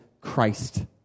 Christ